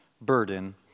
burden